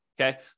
Okay